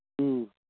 ꯎꯝ